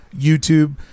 YouTube